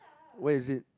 where is it